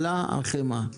החמאה עלתה.